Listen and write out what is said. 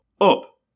up